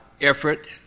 effort